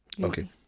Okay